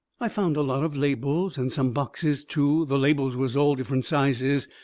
i found a lot of labels, and some boxes too. the labels was all different sizes,